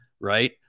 Right